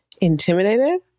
Intimidated